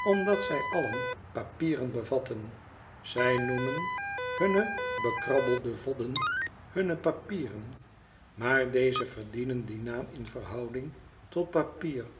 omdat zij allen papieren bevatten zij noemen hunne bekrabbelde vodden hunne papieren maar deze verdienen dien naam in verhouding tot papier